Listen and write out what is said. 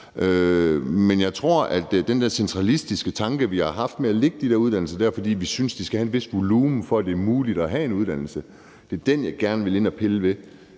Men jeg tror, der er den der centralistiske tanke, vi har haft, med at lægge de der uddannelser der, fordi vi synes, de skal have en vis volumen, for at det er muligt at have en uddannelse, og det er den, jeg gerne vil ind at pille ved: